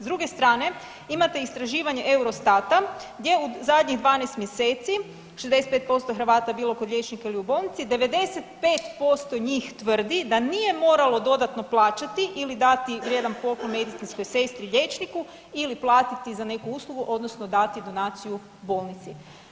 S druge strane imate istraživanje Eurostata gdje u zadnjih 12 mjeseci 65% bilo kod liječnika ili u bolnici 95% njih tvrdi da nije moralo dodatno plaćati ili dati vrijedan poklon medicinskoj sestri liječniku ili platiti za neku uslugu odnosno dati donaciju bolnici.